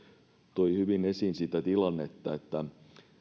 toi hyvin esiin sitä tilannetta että